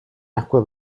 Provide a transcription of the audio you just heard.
acqua